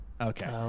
Okay